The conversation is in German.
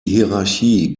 hierarchie